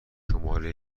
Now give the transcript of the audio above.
شماره